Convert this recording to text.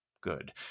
good